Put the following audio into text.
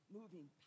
moving